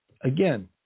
Again